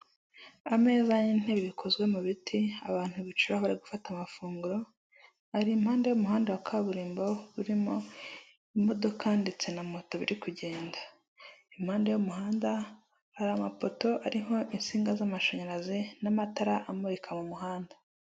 Ameza n'intebe bikozwe mu biti abantu bicaraho bari gufata amafunguro ari impande y'umuhanda wa kaburimbo urimo imodoka, ndetse na moto biri kugenda impande y'umuhanda hari amapoto ariho itsinga z'amashanyarazi n'amatara amurika mu muhanda.